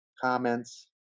comments